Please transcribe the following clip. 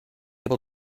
able